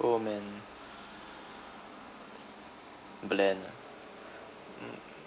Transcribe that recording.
oh man bland ah mm